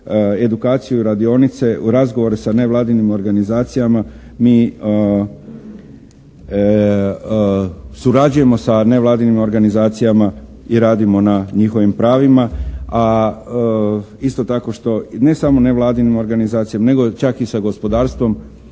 edukaciju radionice u razgovoru sa nevladinim organizacijama mi surađujemo sa nevladinim organizacijama i radimo na njihovim pravima, a isto tako ne samo nevladinim organizacijama nego čak i sa gospodarstvom